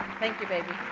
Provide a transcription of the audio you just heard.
thank you, baby.